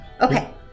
okay